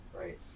Right